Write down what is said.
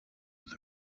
with